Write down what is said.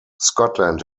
scotland